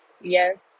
yes